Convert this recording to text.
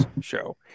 show